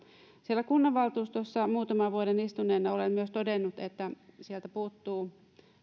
siellä kunnanvaltuustossa muutaman vuoden istuneena olen myös todennut että sieltä